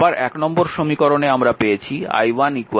আবার নম্বর সমীকরণে আমরা পেয়েছি i1 i2 i3